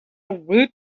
woot